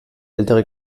ältere